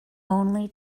only